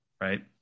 Right